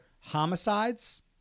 homicides